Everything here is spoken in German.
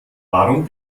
warum